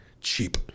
cheap